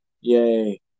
Yay